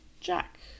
Jack